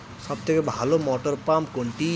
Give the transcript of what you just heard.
সবথেকে ভালো মটরপাম্প কোনটি?